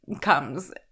comes